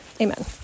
Amen